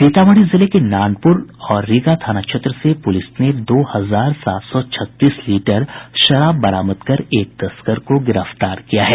सीतामढ़ी जिले के नानपुर और रीगा थाना क्षेत्र से पुलिस ने दो हजार सात सौ छत्तीस लीटर शराब बरामद कर एक तस्कर को गिरफ्तार किया है